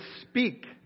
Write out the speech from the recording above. speak